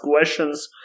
questions